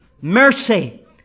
mercy